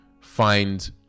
find